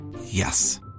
Yes